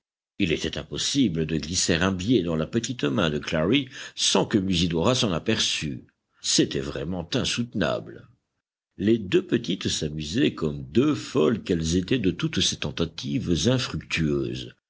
il était impossible de glisser un billet dans la petite main de clary sans que musidora s'en aperçût c'était vraiment insoutenable les deux petites s'amusaient comme deux folles qu'elles étaient de toutes ces tentatives infructueuses